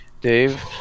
Dave